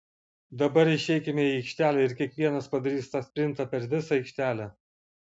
dabar išeikime į aikštelę ir kiekvienas padarys tą sprintą per visą aikštelę